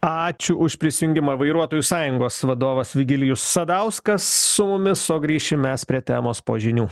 ačiū už prisijungimą vairuotojų sąjungos vadovas virgilijus sadauskas su mumis o grįšim mes prie temos po žinių